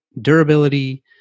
durability